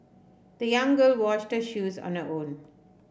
the young girl washed her shoes on her own